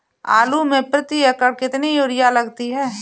आलू में प्रति एकण कितनी यूरिया लगती है?